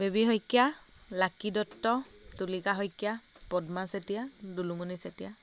baby Saikia Lucky Dutta Tulika Saikia Padma Chetia Dulumoni Chetia